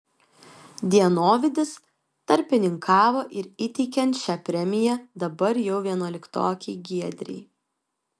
dienovidis tarpininkavo ir įteikiant šią premiją dabar jau vienuoliktokei giedrei